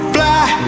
Fly